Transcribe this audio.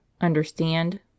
understand